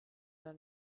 der